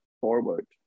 forward